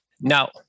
Now